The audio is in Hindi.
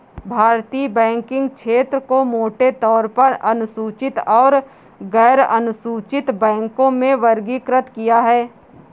भारतीय बैंकिंग क्षेत्र को मोटे तौर पर अनुसूचित और गैरअनुसूचित बैंकों में वर्गीकृत किया है